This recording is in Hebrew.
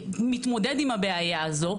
התמודדו איתו,